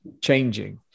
changing